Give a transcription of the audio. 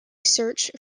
search